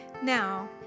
Now